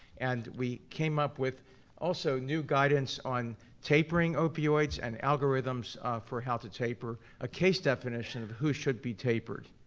and we came up with also new guidance on tapering opioids and algorithms for how to taper, a case definition of who should be tapered.